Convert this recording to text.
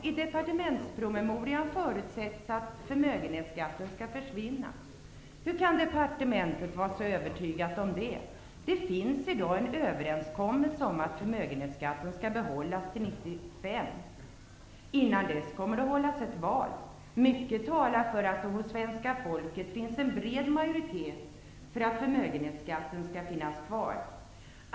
I departementspromemorian förutsätts att förmögenhetsskatten skall försvinna. Hur kan departementet vara så övertygat om det? Det finns i dag en överenskommelse om att förmögenhetsskatten skall behållas till 1995. Innan dess kommer det att hållas ett val. Mycket talar för att det hos svenska folket finns en bred majoritet för att förmögenhetsskatten skall finnas kvar.